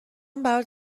برات